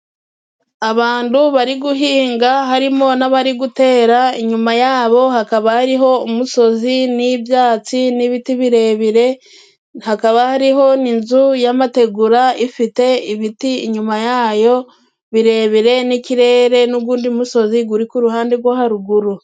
Abantu bari guhinga harimo n'abari gutera， inyuma yabo hakaba hariho umusozi， n'ibyatsi n'ibiti birebire，hakaba hariho n' inzu y’amategura，ifite ibiti inyuma yayo birebire， n'ikirere n'ugundi musozi guri ku ruhande gwo haruguru.